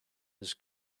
his